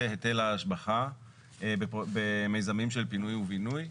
היטל ההשבחה במיזמים של פינוי ובינוי.